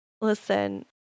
Listen